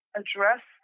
address